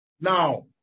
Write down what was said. Now